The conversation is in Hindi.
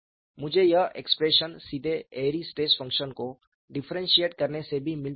मुझे यह एक्सप्रेशन सीधे एयरी स्ट्रेस फंक्शन को डिफ्रेंशिएट करने से भी मिल सकती है